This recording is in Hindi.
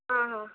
हाँ हाँ हाँ